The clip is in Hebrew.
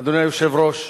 אדוני היושב-ראש,